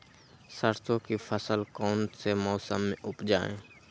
सरसों की फसल कौन से मौसम में उपजाए?